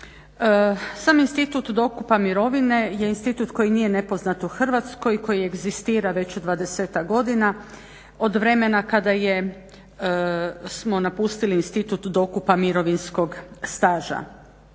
Sam institut dokupa mirovine je institut koji nije nepoznat u Hrvatskoj i koji egzistira već 20-ak godina od vremena kada smo napustili institut dokupa mirovinskog staža.